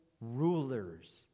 rulers